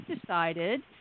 decided